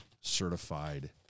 certified